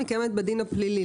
היא קיימת בדין הפלילי,